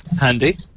Handy